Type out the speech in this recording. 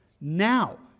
now